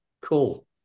Cool